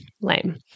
Lame